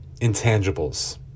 intangibles